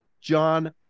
John